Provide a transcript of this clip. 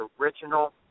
original